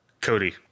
Cody